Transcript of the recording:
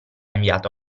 inviata